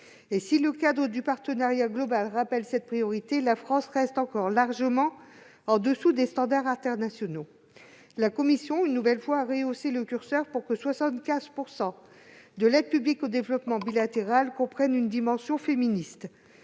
Or, si le cadre de partenariat global rappelle cette priorité, la France reste encore largement en dessous des standards internationaux. La commission a une nouvelle fois rehaussé le curseur, pour que 75 % de l'aide publique au développement bilatéral comprennent une dimension féministe.